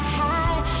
high